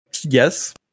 Yes